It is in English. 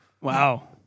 Wow